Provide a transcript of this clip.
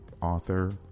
author